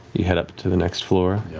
you head up to the next floor.